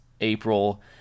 April